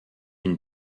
une